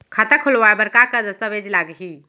खाता खोलवाय बर का का दस्तावेज लागही?